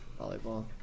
Volleyball